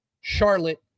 Charlotte